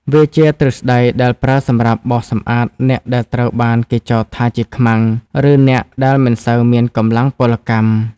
វាជាទ្រឹស្តីដែលប្រើសម្រាប់បោសសម្អាតអ្នកដែលត្រូវបានគេចោទថាជាខ្មាំង ឬអ្នកដែលមិនសូវមានកម្លាំងពលកម្ម។